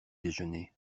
déjeuner